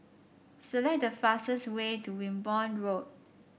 select the fastest way to Wimborne Road